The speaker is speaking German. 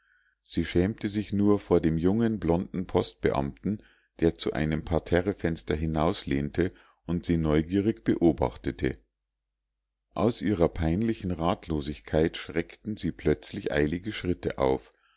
sie schämte sich nur vor dem jungen blonden postbeamten der zu einem parterrefenster hinauslehnte und sie neugierig beobachtete aus ihrer peinlichen ratlosigkeit schreckten sie plötzlich eilige schritte auf